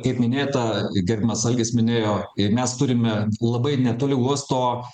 kaip minėta gerbiamas algis minėjo i mes turime labai netoli uosto